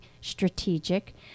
strategic